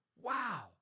Wow